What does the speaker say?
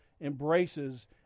embraces